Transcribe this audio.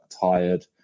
tired